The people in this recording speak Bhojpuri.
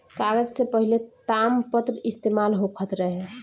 कागज से पहिले तामपत्र इस्तेमाल होखत रहे